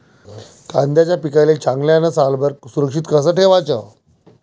कांद्याच्या पिकाले चांगल्यानं सालभर सुरक्षित कस ठेवाचं?